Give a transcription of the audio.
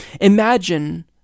Imagine